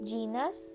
Genus